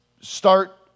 start